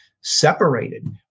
separated